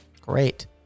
Great